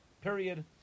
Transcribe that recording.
Period